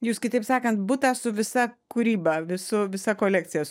jūs kitaip sakant butą su visa kūryba visu visa kolekcija